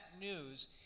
news